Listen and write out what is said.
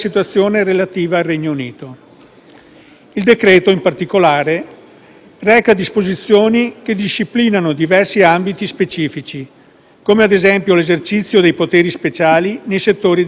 Il decreto-legge, in particolare, reca disposizioni che disciplinano diversi ambiti specifici, come ad esempio l'esercizio dei poteri speciali nei settori di rilevanza strategica,